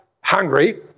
hungry